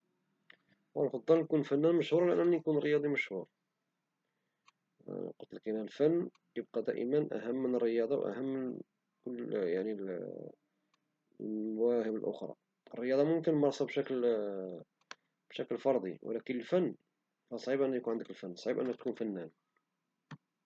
كنفضل أنني نكون فنان مشهور على نكون رياضي مشهور، قتلك الفن كيبقى دائما أهم من الرياضة وأهم من المواهب الأخرى، الرياضة ممكن نمارسها بشكل فردي ولكن الفن فصعيب يكون عندك الفن، صعيب تكون فنان.